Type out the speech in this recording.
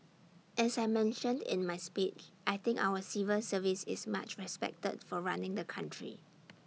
as I mentioned in my speech I think our civil service is much respected for running the country